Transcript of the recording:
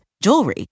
jewelry